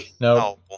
No